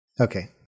Okay